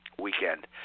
weekend